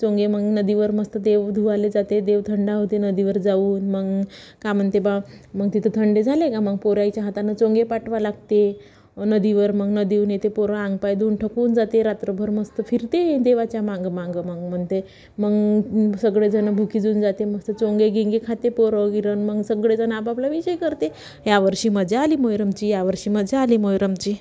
चोंगे मग नदीवर मस्त देव धुवाले जाते देव थंडा होते नदीवर जाऊन मग का म्हणते बा मग तिथं थंडे झाले का मग पोराच्या हाताने चोंगे पाठवावे लागते नदीवर मग नदी येऊन येते पोरं अंग पाय धुऊन थकून जाते रात्रभर मस्त फिरते देवाच्या मग माग माग म्हणते मग सगळेजणं भुक्याजून जाते मस्त चोंगे गेंगे खाते पोरं गिर मग सगळे जणं आपआपला विषय करते यावर्षी मजा आली मोहरमची यावर्षी मजा आली मोहोरमची